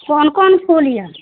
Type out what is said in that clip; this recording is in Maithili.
कोन कोन फूल यऽ